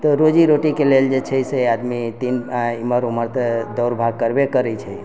तऽ रोजी रोटीके लेल जे छै से आदमी दिन भरि इम्हर उम्हर तऽ दौड़ भाग करबे करै छै